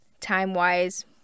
time-wise